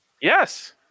Yes